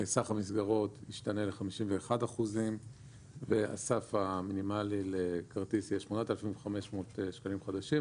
סך המסגרות ישתנה ל-51% והסף המינימאלי לכרטיס יהיה 8,500 שקלים חדשים,